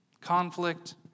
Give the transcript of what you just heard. Conflict